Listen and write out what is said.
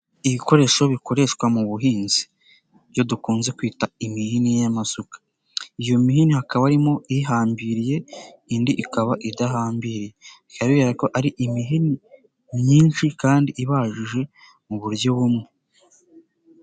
Ibikoresho bikoreshwa mu buhinzi. Ibyo dukunze kwita imihini y'amasuka. Iyo mihini hakaba arimo ihambiriye, indi ikaba idahambiriye, bikaba bigaragara ko ari imihini myinshi kandi ibajije mu buryo bumwe.